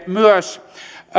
myös